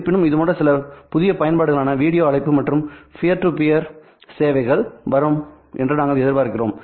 இருப்பினும் இதுபோன்ற சில புதிய பயன்பாடுகளான வீடியோ அழைப்பு மற்றும் பியர் டு பியர் சேவைகள் வரும் என்று நாங்கள் எதிர்பார்க்கிறோம்